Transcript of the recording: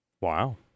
Wow